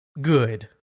good